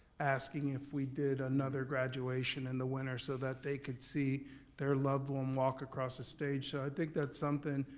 asking if we did another graduation in the winter so that they could see their loved one walk across the stage, so i think that's something,